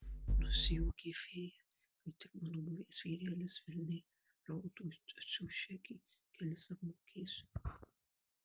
nusijuokė fėja kai tik mano buvęs vyrelis velniai rautų atsiųs čekį kelis apmokėsiu